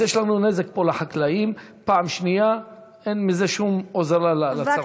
אז יש לנו נזק לחקלאים ואין מזה שום הוזלה לצרכן.